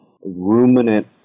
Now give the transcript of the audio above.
ruminant